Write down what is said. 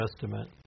Testament